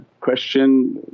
question